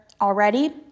already